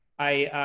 i,